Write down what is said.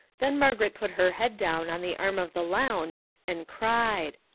then margaret put her head down on the arm of the lounge and cried.